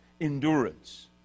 endurance